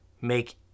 make